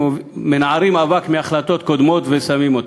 מנערים אבק מעל החלטות קודמות ושמים אותן.